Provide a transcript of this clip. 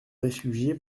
réfugiés